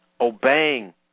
obeying